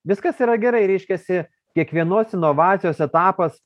viskas yra gerai reiškiasi kiekvienos inovacijos etapas